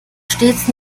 stets